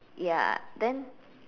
ya then